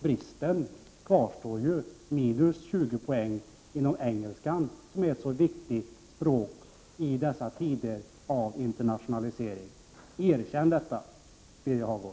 Bristen kvarstår ju, minus 20 poäng vad gäller engelskan, ett så viktigt språk i dessa tider av internationalisering. Erkänn detta, Birger Hagård!